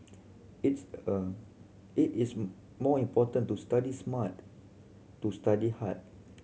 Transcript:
it's a it is more important to study smart to study hard